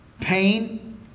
pain